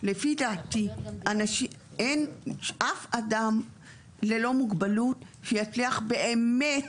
לפי דעתי אין אף אדם ללא מוגבלות שיצליח באמת